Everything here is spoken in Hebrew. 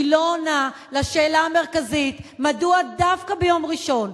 היא לא עונה על השאלה המרכזית מדוע דווקא ביום ראשון,